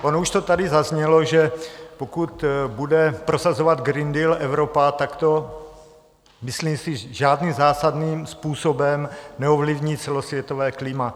Ono už to tady zaznělo, že pokud bude prosazovat Green Deal Evropa, tak to myslím žádným zásadním způsobem neovlivní celosvětové klima.